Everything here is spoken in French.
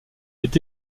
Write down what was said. est